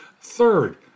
Third